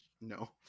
No